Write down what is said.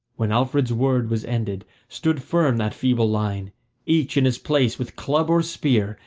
when alfred's word was ended stood firm that feeble line, each in his place with club or spear,